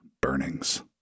burnings